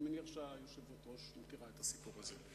אני מניח שהיושבת-ראש מכירה את הסיפור הזה.